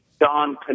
Don